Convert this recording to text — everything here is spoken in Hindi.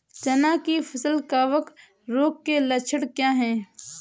चना की फसल कवक रोग के लक्षण क्या है?